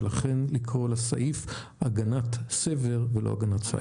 ולכן לקרוא לסעיף הגנת סב"ר ולא הגנת סייבר.